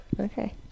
Okay